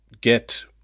get